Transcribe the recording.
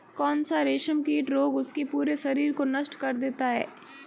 कौन सा रेशमकीट रोग उसके पूरे शरीर को नष्ट कर देता है?